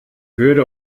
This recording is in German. würde